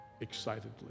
excitedly